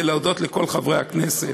ולהודות לכל חברי הכנסת.